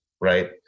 right